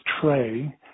tray